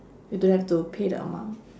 you don't have to pay the amount